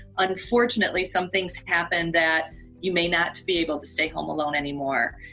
unfortunately some things happen that you may not be able to stay home alone anymore,